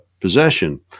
possession